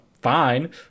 fine